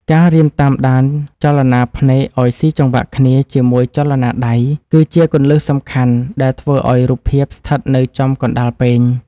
ការរៀនតាមដានចលនាភ្នែកឱ្យស៊ីចង្វាក់គ្នាជាមួយចលនាដៃ គឺជាគន្លឹះសំខាន់ដែលធ្វើឱ្យរូបភាពស្ថិតនៅចំកណ្តាលពែង។